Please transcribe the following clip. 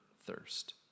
thirst